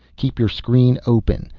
keep your screen open,